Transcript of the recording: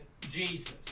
Jesus